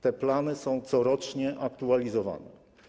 Te plany są corocznie aktualizowane.